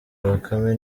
bakame